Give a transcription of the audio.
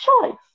choice